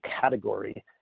category